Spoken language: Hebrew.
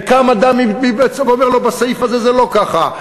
וקם אדם ואומר לו: בסעיף הזה זה לא ככה,